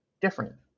different